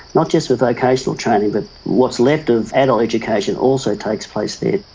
not just for vocational training but what's left of adult education also takes place there.